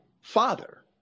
Father